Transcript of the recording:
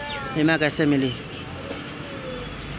बीमा कैसे मिली?